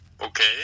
okay